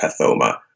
Pathoma